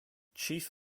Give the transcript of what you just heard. chief